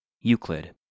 Euclid